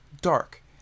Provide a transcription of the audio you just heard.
dark